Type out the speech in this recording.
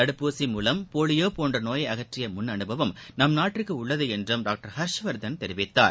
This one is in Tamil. தடுப்பூசி மூலம் போலியோ போன்ற நோயை அகற்றிய முன் அனுபவம் நம் நாட்டிற்கு உள்ளது என்றும் டாக்டர் ஹர்ஷ்வர்தன் தெரிவித்தார்